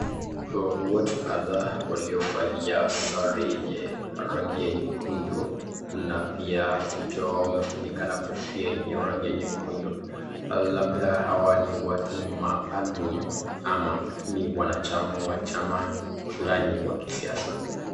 Watu kadhaa waliovalia sare yenye rangi ya nyekundu, na pia vichwao wamefunika na kofia yenye rangi ya nyekundu, labda hawa watu ni watu maalum ama ni wanachama wa chama fulani wa kisiasa.